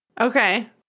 Okay